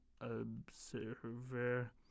Observer